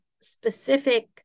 specific